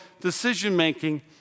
decision-making